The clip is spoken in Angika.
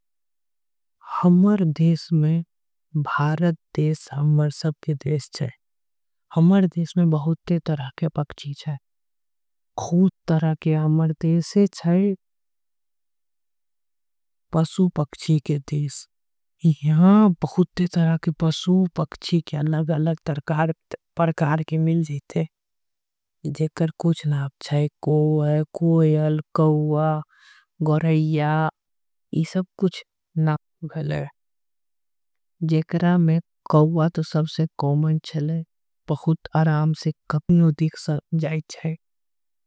हमर देश में बहुत तरह के पक्षी छे। हमर देश पशु पक्षी के देश छे। ईहा बहुते परकार के पशु पक्षी। के जाति पाए जाय रहल। पक्षी के कुछ प्रजाति जाईसे कोयल। कौआ गौरैया ई सब नाम हेले। जेकर में कौआ सब से कॉमन छे। बहुत आराम से दिख जाई छे।